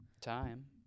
time